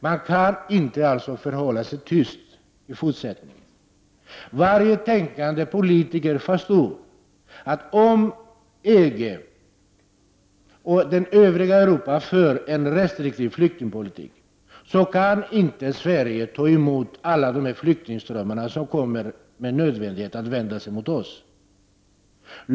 Man kan inte förhålla sig tyst i fortsättningen. Varje tänkande politiker förstår att om EG och det övriga Europa för en restriktiv flyktingpolitik, kan inte Sverige ta emot alla de flyktingströmmar som med nödvändighet kommer att vända sig mot oss.